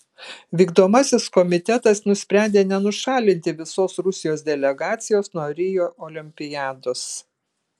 vykdomasis komitetas nusprendė nenušalinti visos rusijos delegacijos nuo rio olimpiados